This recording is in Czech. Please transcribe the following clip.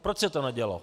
Proč se to nedělo?